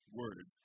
word